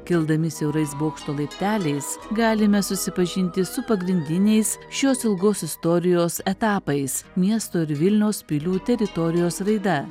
kildami siaurais bokšto laipteliais galime susipažinti su pagrindiniais šios ilgos istorijos etapais miesto ir vilniaus pilių teritorijos raida